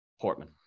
Portman